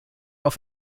auf